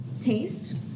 Taste